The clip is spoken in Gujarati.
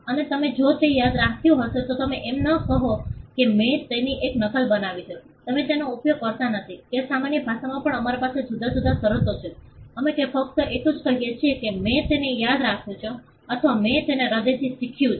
અને તમે જો તે યાદ રાખ્યું હોય તો તમે એમ ન કહો કે મેં તેની એક નકલ બનાવી છે તમે તેનો ઉપયોગ કરતા નથી કે સામાન્ય ભાષામાં પણ અમારી પાસે જુદી જુદી શરતો છે અમે ફક્ત એટલું જ કહીશું કે મેં તેને યાદ રાખ્યું છે અથવા મેં તેને હૃદયથી શીખ્યુ છે